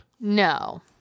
No